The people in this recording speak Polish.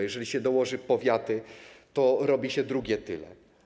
Jeżeli się dołoży powiaty, to robi się drugie tyle.